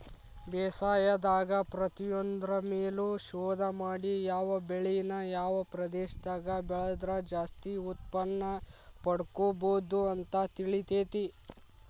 ಬೇಸಾಯದಾಗ ಪ್ರತಿಯೊಂದ್ರು ಮೇಲು ಶೋಧ ಮಾಡಿ ಯಾವ ಬೆಳಿನ ಯಾವ ಪ್ರದೇಶದಾಗ ಬೆಳದ್ರ ಜಾಸ್ತಿ ಉತ್ಪನ್ನಪಡ್ಕೋಬೋದು ಅಂತ ತಿಳಿತೇತಿ